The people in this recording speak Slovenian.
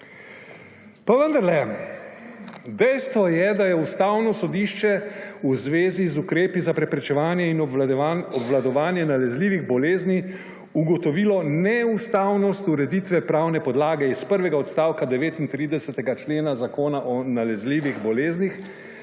Pa vendarle, dejstvo je, da je Ustavno sodišče v zvezi z ukrepi za preprečevanje in obvladovanje nalezljivih bolezni ugotovilo neustavnost ureditve pravne podlage iz prvega odstavka 39. člena Zakona o nalezljivih boleznih